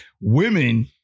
women